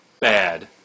bad